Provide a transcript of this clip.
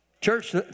Church